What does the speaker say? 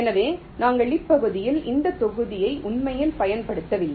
எனவே நாங்கள் இப்பகுதியின் இந்த பகுதியை உண்மையில் பயன்படுத்தவில்லை